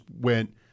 went